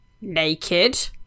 naked